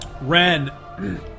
ren